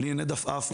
בלי הנד עפעף,